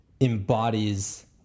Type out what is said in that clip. embodies